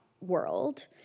world